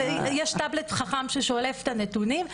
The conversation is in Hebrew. יש טאבלט חכם ששולף את הנתונים.